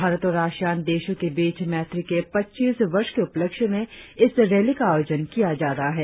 भारत और असियान देशों के बीच मैत्री के पच्चीस वर्ष के उपलक्ष्य में इस रैली का आयोजन किया जा रहा है